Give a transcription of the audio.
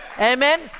Amen